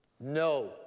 no